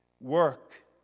work